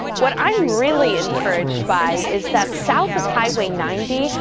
what i'm really encouraged by is that south of highway ninety.